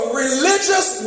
religious